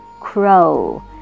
crow